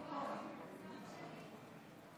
משום שהממשל האמריקני הזה לא רוצה סיכון משמעותי.